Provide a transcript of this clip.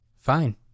Fine